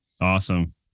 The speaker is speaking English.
awesome